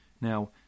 Now